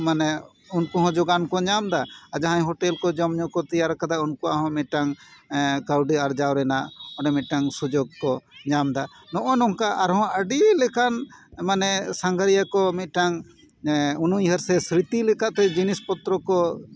ᱢᱟᱱᱮ ᱩᱱᱠᱩ ᱦᱚᱸ ᱡᱳᱜᱟᱱ ᱠᱚ ᱧᱟᱢᱫᱟ ᱟᱨ ᱟᱦᱟᱸᱭ ᱦᱳᱴᱮᱞ ᱠᱚ ᱡᱚᱢ ᱧᱩ ᱠᱚ ᱛᱮᱭᱟᱨ ᱠᱟᱫᱟ ᱩᱱᱠᱩᱣᱟᱜ ᱦᱚᱸ ᱱᱤᱛᱚᱜ ᱠᱟᱹᱣᱰᱤ ᱟᱨᱡᱟᱣ ᱨᱮᱱᱟᱜ ᱚᱱᱟ ᱢᱤᱫᱴᱟᱱ ᱥᱩᱡᱳᱜᱽ ᱠᱚ ᱧᱟᱢᱫᱟ ᱱᱚᱜᱼᱚᱭ ᱱᱚᱝᱠᱟ ᱟᱨᱦᱚᱸ ᱟᱹᱰᱤ ᱞᱮᱠᱟᱱ ᱥᱟᱸᱜᱷᱟᱨᱤᱭᱟᱹ ᱠᱚ ᱢᱤᱫᱴᱟᱱ ᱩᱱᱩᱭᱦᱟᱹᱨ ᱥᱮ ᱥᱨᱤᱛᱤ ᱞᱮᱠᱟᱛᱮ ᱡᱤᱱᱤᱥ ᱯᱚᱛᱨᱚ ᱠᱚ